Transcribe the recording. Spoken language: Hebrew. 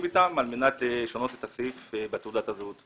איתם על מנת לשנות את הסעיף בתעודת הזהות.